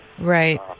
Right